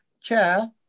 Chair